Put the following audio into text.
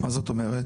מה זאת אומרת?